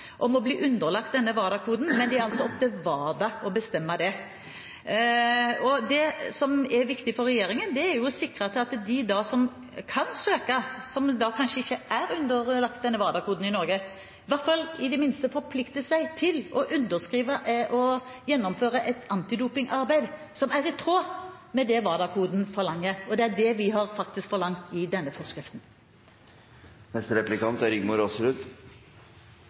om å bli underlagt denne WADA-koden, men det er altså opp til WADA å bestemme det. Det som er viktig for regjeringen, er å sikre at de som kan søke, som kanskje ikke er underlagt denne WADA-koden i Norge, i det minste forplikter seg til å underskrive på å gjennomføre et antidopingarbeid som er i tråd med det WADA-koden forlanger. Det er det vi faktisk har forlangt i denne forskriften. Jeg har lyst til å følge opp foregående spørsmål, for hvis det er